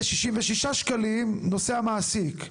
כ-66 שקלים נושא המעסיק.